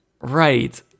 right